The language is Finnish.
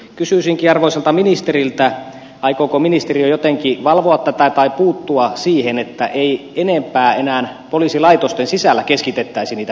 kysyisinkin arvoisalta ministeriltä aikooko ministeri jo jotenkin valvoa tätä tai puuttua siihen että ei enempää enää poliisilaitosten sisällä keskitettäisi niitä virkoja